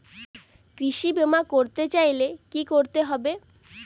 কৃষি বিমা করতে চাইলে কি করতে হবে?